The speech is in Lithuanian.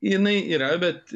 jinai yra bet